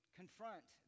confront